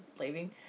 leaving